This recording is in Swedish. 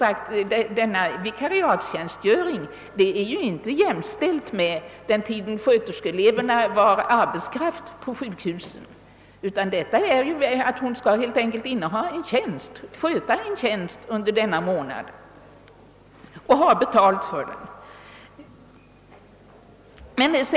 Men denna vikariatstjänstgöring går ju inte att jämföra med den tid sköterskeeleverna var arbetskraft på sjukhusen; förslaget innebär att sköterskeeleverna helt enkelt får sköta en tjänst under en månad och får betalt för det.